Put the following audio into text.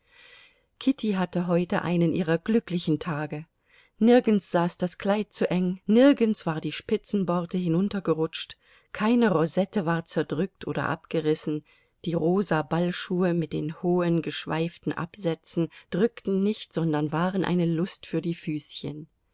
kitty hatte heute einen ihrer glücklichen tage nirgends saß das kleid zu eng nirgends war die spitzenborte hinuntergerutscht keine rosette war zerdrückt oder abgerissen die rosa ballschuhe mit den hohen geschweiften absätzen drückten nicht sondern waren eine lust für die füßchen